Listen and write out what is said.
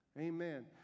Amen